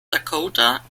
dakota